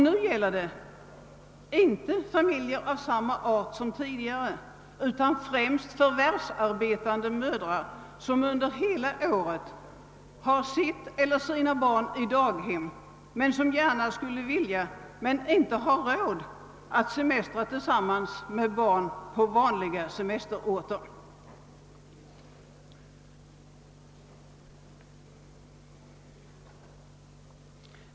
Nu gäller det inte familjer av den art som det tidigare var fråga om, utan det är främst förvärvsarbetande mödrar, som under hela året har sitt eller sina barn på daghem och gärna skulle vilja semestra tillsammans med barnen — men inte har råd att göra det på vanliga semesterorter.